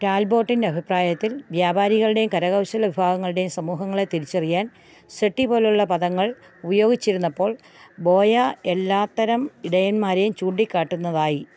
ടാൽബോട്ടിന്റെ അഭിപ്രായത്തിൽ വ്യാപാരികളുടെയും കരകൗശല വിഭാഗങ്ങളുടെയും സമൂഹങ്ങളെ തിരിച്ചറിയാൻ സെട്ടി പോലുള്ള പദങ്ങൾ ഉപയോഗിച്ചിരുന്നപ്പോള് ബോയ എല്ലാത്തരം ഇടയന്മാരെയും ചൂണ്ടിക്കാട്ടുന്നതായി